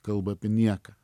kalba apie nieką